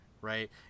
right